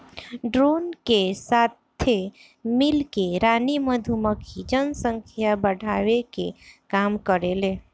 drone के साथे मिल के रानी मधुमक्खी जनसंख्या बढ़ावे के काम करेले